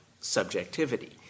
subjectivity